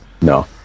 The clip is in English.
No